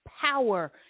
power